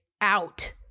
out